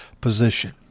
position